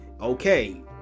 okay